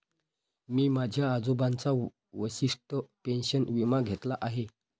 मी माझ्या आजोबांचा वशिष्ठ पेन्शन विमा घेतला आहे